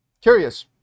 Curious